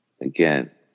Again